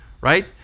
right